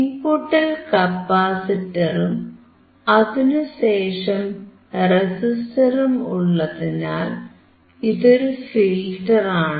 ഇൻപുട്ടിൽ കപ്പാസിറ്ററും അതിനുശേഷം റെസിസ്റ്ററും ഉള്ളതിനാൽ ഇതൊരു ഫിൽറ്ററാണ്